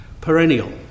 perennial